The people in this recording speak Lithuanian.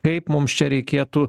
kaip mums čia reikėtų